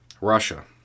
Russia